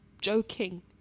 joking